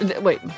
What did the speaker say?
Wait